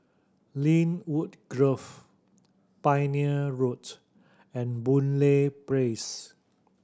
Lynwood Grove Pioneer Road and Boon Lay Place